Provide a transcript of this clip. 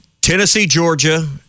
Tennessee-Georgia